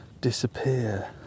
disappear